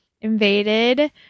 invaded